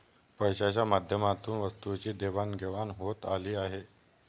पैशाच्या माध्यमातून वस्तूंची देवाणघेवाण होत आली आहे